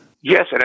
Yes